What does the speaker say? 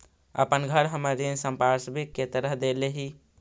अपन घर हम ऋण संपार्श्विक के तरह देले ही